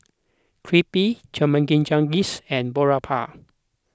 Crepe Chimichangas and Boribap